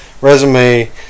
resume